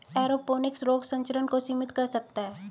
aeroponics रोग संचरण को सीमित कर सकता है